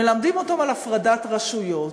מלמדים אותם על הפרדת רשויות,